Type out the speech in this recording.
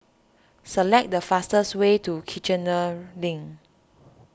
select the fastest way to Kiichener Link